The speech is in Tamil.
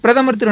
பிரதமர் திரு